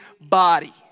body